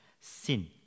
sin